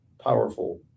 powerful